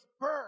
birth